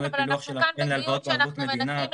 גם הפילוח של הלוואות בערבות מדינה,